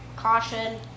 Caution